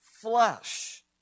flesh